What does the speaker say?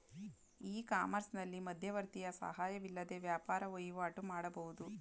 E ಕಾಮರ್ಸ್ನಲ್ಲಿ ಮಧ್ಯವರ್ತಿಯ ಸಹಾಯವಿಲ್ಲದೆ ವ್ಯಾಪಾರ ವಹಿವಾಟು ಮಾಡಬಹುದು